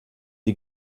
die